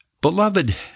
Beloved